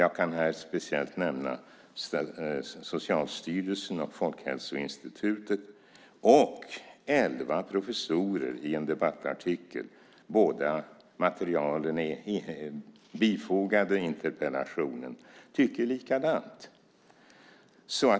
Jag kan här speciellt nämna Socialstyrelsen och Folkhälsoinstitutet och elva professorer i en debattartikel. Båda materialen är bifogade interpellationen.